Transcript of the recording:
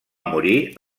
morir